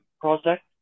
project